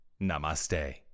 Namaste